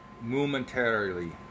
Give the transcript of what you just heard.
momentarily